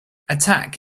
attack